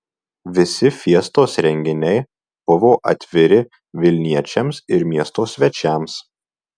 visi fiestos renginiai buvo atviri vilniečiams ir miesto svečiams